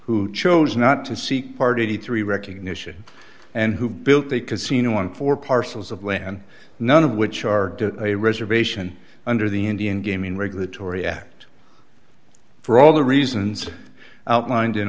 who chose not to seek party three recognition and who built a casino won for parcels of land none of which are a reservation under the indian gaming regulatory act for all the reasons outlined in